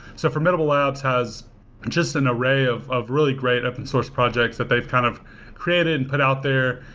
so formidable labs has just an array of of really great open-source projects that they've kind of created and put out there.